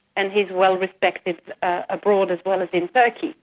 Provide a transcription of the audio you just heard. and he's well respected abroad as well as in turkey.